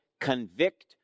convict